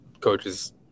coaches